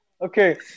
Okay